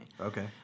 Okay